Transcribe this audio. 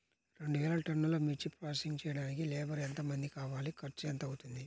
రెండు వేలు టన్నుల మిర్చి ప్రోసెసింగ్ చేయడానికి లేబర్ ఎంతమంది కావాలి, ఖర్చు ఎంత అవుతుంది?